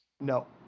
No